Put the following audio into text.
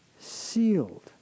sealed